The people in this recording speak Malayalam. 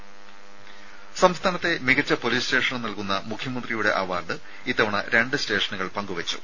രുമ സംസ്ഥാനത്തെ മികച്ച പൊലീസ് സ്റ്റേഷന് നൽകുന്ന മുഖ്യമന്ത്രിയുടെ അവാർഡ് ഇത്തവണ രണ്ട് സ്റ്റേഷനുകൾ പങ്കുവെച്ചു